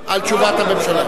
על תשובת הממשלה.